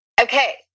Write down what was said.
Okay